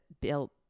built